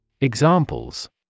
Examples